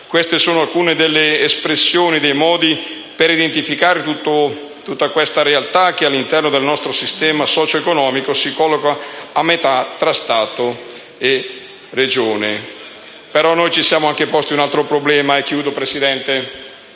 sono alcune delle espressioni e dei modi per identificare tutta questa realtà che, all'interno del nostro sistema socioeconomico, si colloca a metà Stato e Regioni. Noi ci siamo posti anche un altro problema: